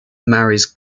marries